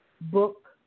book